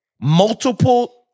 multiple